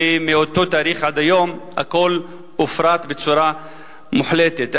ומאותו תאריך עד היום הכול הופרט בצורה מוחלטת.